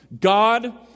God